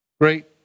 great